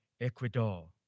Ecuador